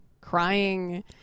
crying